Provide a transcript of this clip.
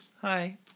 Hi